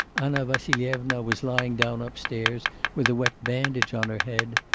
anna vassilyevna was lying down upstairs with a wet bandage on her head.